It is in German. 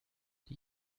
die